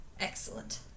excellent